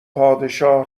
پادشاه